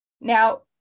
Now